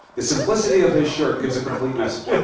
the simplicity of his shirt gives a complete message. yeah